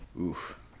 Oof